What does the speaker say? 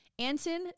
Anton